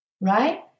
right